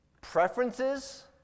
Preferences